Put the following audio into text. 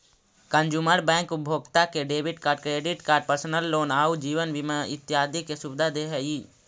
consumer bank उपभोक्ता के debit card, credit card, personal loan आउ जीवन बीमा इत्यादि के सुविधा दे हइ